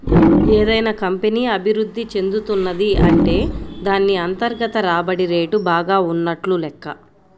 ఏదైనా కంపెనీ అభిరుద్ధి చెందుతున్నది అంటే దాన్ని అంతర్గత రాబడి రేటు బాగా ఉన్నట్లు లెక్క